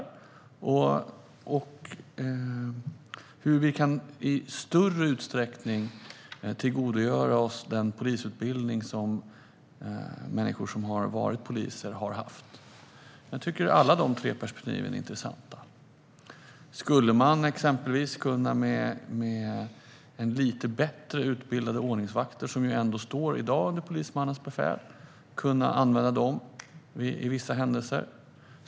Vi bör också titta på hur vi i större utsträckning kan tillgodogöra oss den polisutbildning som människor som har varit poliser har fått. Alla de tre perspektiven är intressanta. Skulle man exempelvis vid vissa händelser kunna använda lite bättre utbildade ordningsvakter? De står ändå under polismannens befäl i dag.